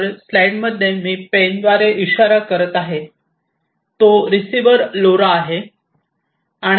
वर स्लाईड मध्ये मी पेनद्वारे इशारा करत आहे तो रिसीव्हर लोरा आहे